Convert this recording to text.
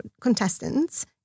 contestants